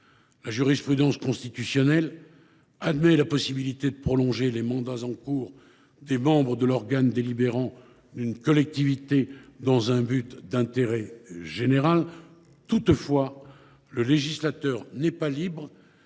La jurisprudence constitutionnelle admet la possibilité de prolonger les mandats en cours des membres de l’organe délibérant d’une collectivité dans un but d’intérêt général. Toutefois, le législateur n’est pas libre